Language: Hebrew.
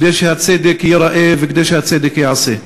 כדי שהצדק ייראה וכדי שהצדק ייעשה.